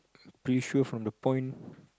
pretty sure from the point